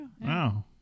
Wow